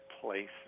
place